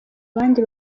abandi